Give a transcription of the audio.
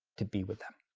to be with them.